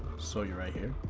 so you're right here.